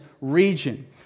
region